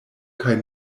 kaj